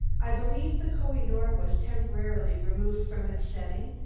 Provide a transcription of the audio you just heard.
i believe the koh-i-noor was temporarily removed from its setting,